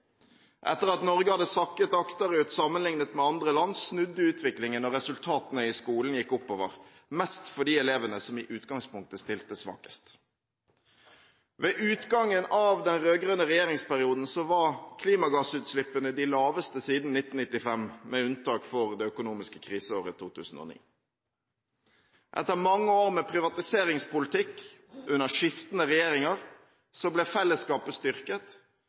Etter at Norge hadde sakket akterut sammenliknet med andre land, snudde utviklingen, og resultatene i skolen gikk oppover – mest for de elevene som i utgangspunktet stilte svakest. Ved utgangen av den rød-grønne regjeringsperioden var klimagassutslippene de laveste siden 1995, med unntak for det økonomiske kriseåret 2009. Etter mange år med privatiseringspolitikk under skiftende regjeringer ble fellesskapet styrket